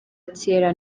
kera